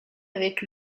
avec